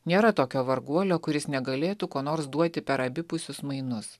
nėra tokio varguolio kuris negalėtų ko nors duoti per abipusius mainus